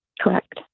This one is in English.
Correct